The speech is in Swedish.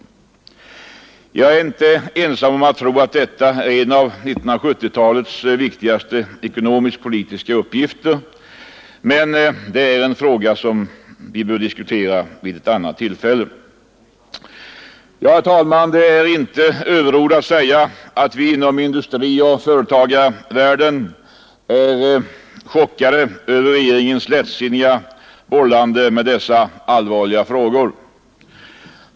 Jag är inte ensam om att tro att detta är en av 1970-talets viktigaste ekonomisk-politiska uppgifter. Men det är en fråga som bör diskuteras vid ett annat tillfälle. Herr talman! Det är inte överord att säga att vi inom industrioch företagarvärlden är chockade över regeringens lättsinniga bollande med dessa allvarliga frågor.